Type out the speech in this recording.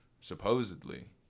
supposedly